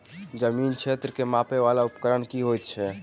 जमीन क्षेत्र केँ मापय वला उपकरण की होइत अछि?